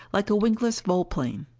like a wingless volplane.